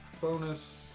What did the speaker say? bonus